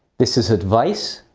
this is advice.